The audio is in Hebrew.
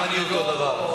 אני אותו דבר.